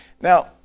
Now